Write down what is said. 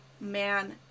Man